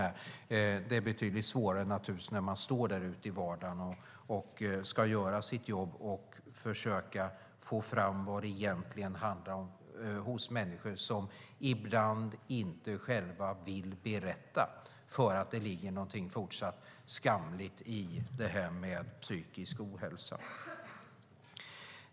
Men det är betydligt svårare i vardagen när man ska försöka få fram vad det egentligen handlar om hos människor som ibland inte själva vill berätta därför att det fortfarande ligger någonting skamligt över psykisk ohälsa.